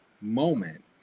moment